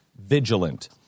vigilant